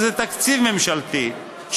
שזה תקציב ממשלתי,